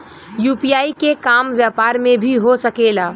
UPI के काम व्यापार में भी हो सके ला?